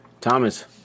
Thomas